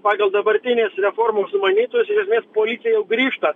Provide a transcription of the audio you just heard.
pagal dabartinės reformos sumanytojus iš esmės policija jau grįžta